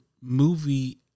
movie